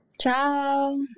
Ciao